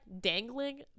dangling